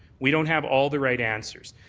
we don't have all the right answers.